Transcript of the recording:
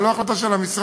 זו לא החלטה של המשרד.